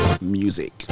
music